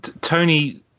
Tony